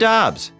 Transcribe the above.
Dobbs